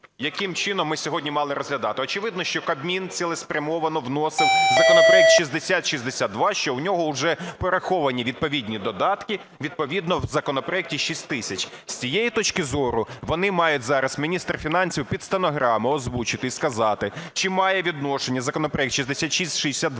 яким чином ми сьогодні мали розглядати? Очевидно, що Кабмін цілеспрямовано вносив законопроект 6062, що в нього уже пораховані відповідні додатки відповідно в законопроекті 6000. З цієї точки зору вони мають зараз, міністр фінансів під стенограму озвучити і сказати, чи має відношення законопроект 6062,